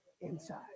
inside